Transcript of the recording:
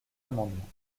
amendement